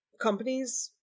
companies